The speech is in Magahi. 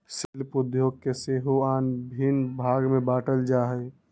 शिल्प उद्योग के सेहो आन भिन्न भाग में बाट्ल जाइ छइ